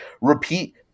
repeat